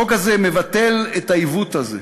החוק הזה מבטל את העיוות הזה.